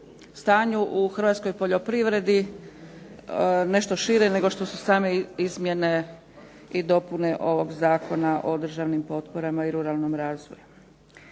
stanju u hrvatskoj poljoprivredi, nešto šire nego što su same izmjene i dopune ovog Zakona o državnim potporama i ruralnom razvoju.